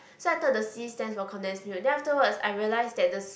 so I thought the word C stands for condensed milk then afterward I realised that the